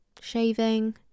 shaving